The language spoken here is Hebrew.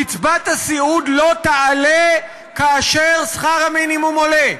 קצבת הסיעוד לא תעלה כאשר שכר המינימום עולה?